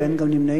ואין גם נמנעים.